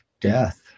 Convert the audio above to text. death